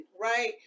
right